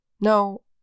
No